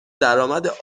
درامد